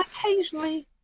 occasionally